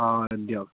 অঁ দিয়ক